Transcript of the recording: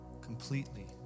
completely